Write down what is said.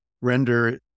render